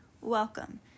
Welcome